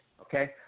okay